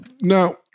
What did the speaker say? now